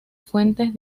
fuentes